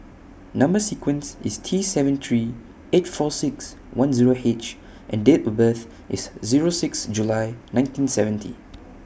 Number sequence IS T seven three eight four six one Zero H and Date of birth IS Zero six July nineteen seventy